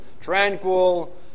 tranquil